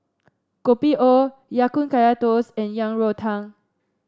Kopi O Ya Kun Kaya Toast and Yang Rou Tang